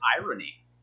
irony